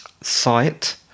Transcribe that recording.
site